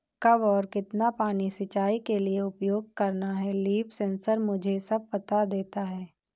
कब और कितना पानी सिंचाई के लिए उपयोग करना है लीफ सेंसर मुझे सब बता देता है